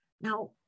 Now